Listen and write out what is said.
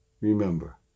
remember